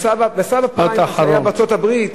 בסאב-פריים שהיה בארצות-הברית,